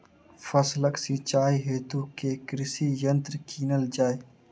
फसलक सिंचाई हेतु केँ कृषि यंत्र कीनल जाए?